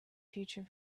future